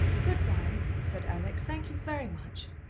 good-bye, said alex thank you very much.